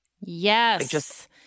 Yes